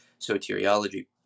soteriology